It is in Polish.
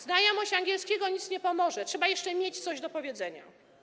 Znajomość angielskiego nic nie pomoże, trzeba jeszcze mieć coś do powiedzenia.